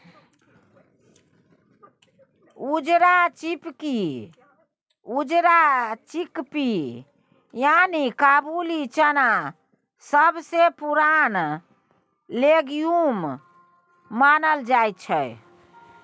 उजरा चिकपी यानी काबुली चना सबसँ पुरान लेग्युम मानल जाइ छै